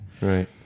Right